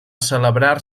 celebrar